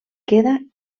queda